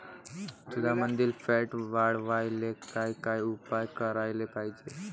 दुधामंदील फॅट वाढवायले काय काय उपाय करायले पाहिजे?